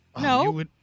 No